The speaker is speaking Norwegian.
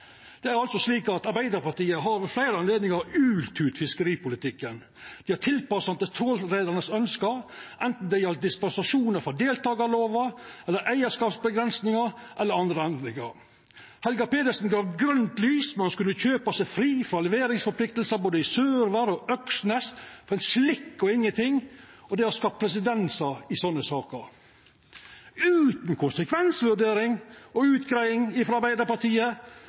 Det er altså slik at Arbeidarpartiet ved fleire høve har hòla ut fiskeripolitikken. Dei har tilpassa han til ønska til trålarreiarane, anten det gjaldt dispensasjonar frå deltakarlova, eigarskapsavgrensingar eller andre endringar. Helga Pedersen gav grønt lys, ein skulle kjøpa seg fri frå leveringsforpliktingar både i Sørvær og Øksnes for ein slikk og ingenting. Det har skapt presedens i slike saker, utan konsekvensvurdering og utgreiing frå Arbeidarpartiet